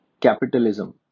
capitalism